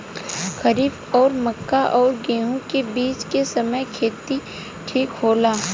खरीफ और मक्का और गेंहू के बीच के समय खेती ठीक होला?